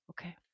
Okay